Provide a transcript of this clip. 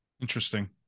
Interesting